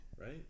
Right